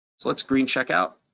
so let's green check out,